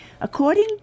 According